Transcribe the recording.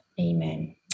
Amen